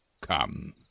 Come